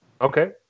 Okay